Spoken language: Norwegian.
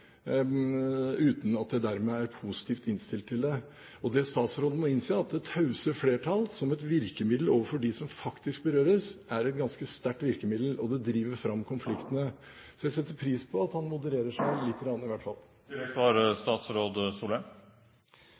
uten at jeg dermed er positivt innstilt til det. Det statsråden må innse, er at «det tause flertall» som virkemiddel overfor dem som faktisk berøres, er et ganske sterkt virkemiddel, og det driver fram konfliktene. Så jeg setter pris på at han modererer seg, lite grann i hvert fall.